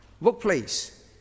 Workplace